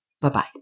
Bye-bye